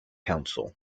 council